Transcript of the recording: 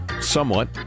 somewhat